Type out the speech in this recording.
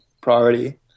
priority